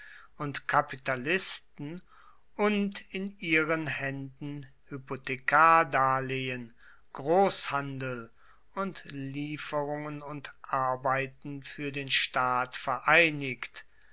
und kapitalisten und in ihren haenden hypothekardarlehen grosshandel und lieferungen und arbeiten fuer den staat vereinigt